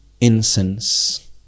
incense